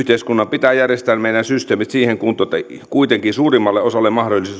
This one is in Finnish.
pitää järjestää meillä systeemit siihen kuntoon että kuitenkin suurimmalle osalle